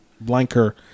blanker